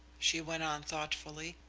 she went on thoughtfully,